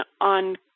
on